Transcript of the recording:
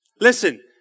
Listen